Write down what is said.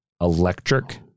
electric